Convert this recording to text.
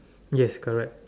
yes correct